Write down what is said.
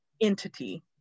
entity